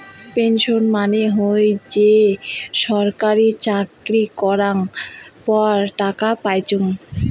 pension মানে হই যে ছরকারি চাকরি করাঙ পর টাকা পাইচুঙ